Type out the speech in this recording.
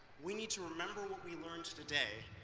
we need to remember what we learned today,